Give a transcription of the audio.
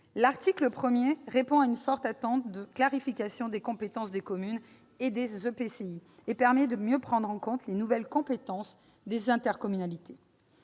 l'article 1 répond à une forte attente de clarification des compétences entre les communes et les EPCI et permet de mieux prendre en compte les nouvelles compétences des intercommunalités.